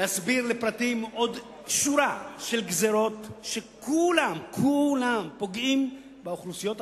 להסביר לפרטים עוד שורת גזירות שכולן פוגעות באוכלוסיות החלשות.